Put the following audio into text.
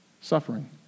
suffering